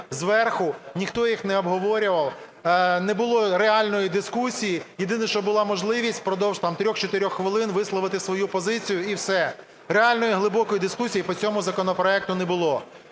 Ніхто їх не обговорював, не було реальної дискусії. Єдине, що була можливість, впродовж 3-4 хвилин висловити свою позицію і все. Реальної глибокої дискусії по цьому законопроекту не було.